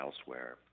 elsewhere